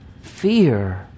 fear